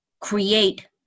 create